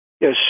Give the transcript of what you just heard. Yes